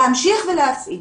להמשיך ולפעיל.